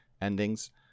endings